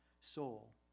soul